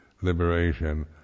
liberation